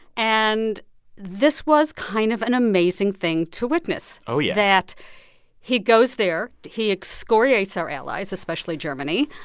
and this was kind of an amazing thing to witness oh, yeah. that he goes there. he excoriates our allies, especially germany.